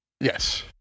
Yes